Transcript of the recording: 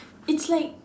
it's like